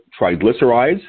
triglycerides